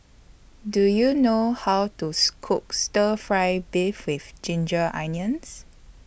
Do YOU know How to Cook Stir Fry Beef with Ginger Onions